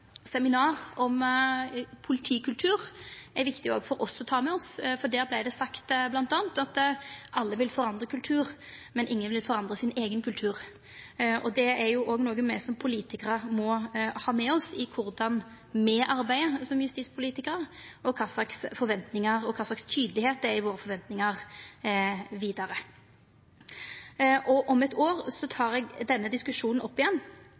seminar om politikultur, er viktig òg for oss å ta med seg. Der vart det bl.a. sagt at alle vil forandra kultur, men ingen vil forandra sin eigen kultur. Det er òg noko me som justispolitikarar må ha med oss i måten me arbeider på, kva forventingar me har og kor tydelege dei er. Om eit år tek eg denne diskusjonen opp igjen.